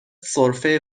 سرفه